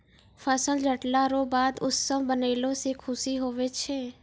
फसल लटला रो बाद उत्सव मनैलो से खुशी हुवै छै